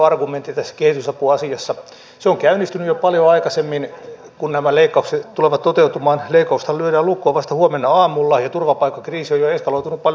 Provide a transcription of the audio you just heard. myös kuusankoskella vihitään tammikuussa uusi sellutehdas ja sitä kautta kaikki tämmöiset merkittävät liikenne ja infrahankkeet ovat tärkeitä